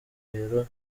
intumbero